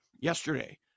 yesterday